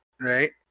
right